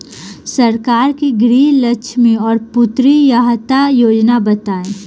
सरकार के गृहलक्ष्मी और पुत्री यहायता योजना बताईं?